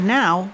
now